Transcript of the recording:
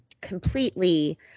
completely